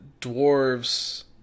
dwarves